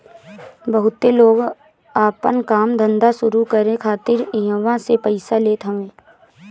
बहुते लोग आपन काम धंधा शुरू करे खातिर इहवा से पइया लेत हवे